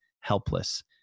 helpless